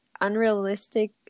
unrealistic